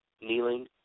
kneeling